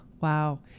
wow